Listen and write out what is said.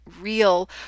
real